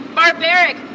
barbaric